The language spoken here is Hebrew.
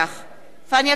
פניה קירשנבאום,